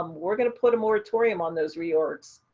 um we're going to put a moratorium on those reorgs.